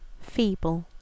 feeble